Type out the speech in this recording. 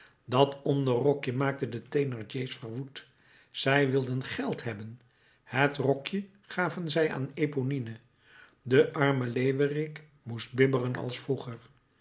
dat onderrokje maakte de thénardier's verwoed zij wilden geld hebben het rokje gaven zij aan eponine de arme leeuwerik moest bibberen als vroeger